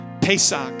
Pesach